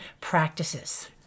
practices